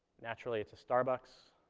naturally, it's a starbucks.